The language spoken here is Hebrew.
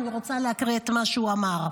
אני רוצה להקריא את מה שהוא אמר: